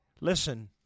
Listen